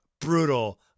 Brutal